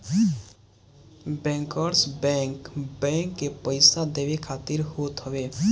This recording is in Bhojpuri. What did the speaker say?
बैंकर्स बैंक, बैंक के पईसा देवे खातिर होत हवे